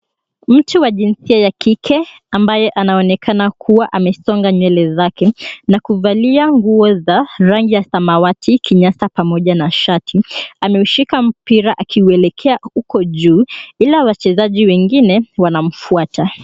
Mtu wa jinsia ya kike ambaye anaonekana kuwa amesonga nywele zake na kuvalia nguo za rangi ya samawati, kinyasa, pamoja na shati ameushika mpira akielekea huko juu ila wachezaji wengine wanamfuata.